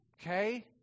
Okay